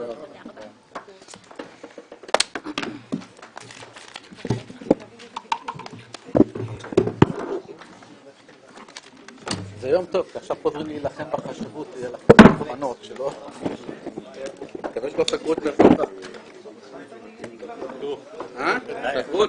הישיבה ננעלה בשעה 12:40.